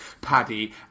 Paddy